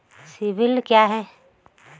CIBIL क्या है?